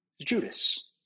Judas